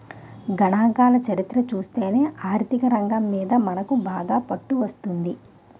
గణాంకాల చరిత్ర చూస్తేనే ఆర్థికరంగం మీద మనకు బాగా పట్టు వస్తుంది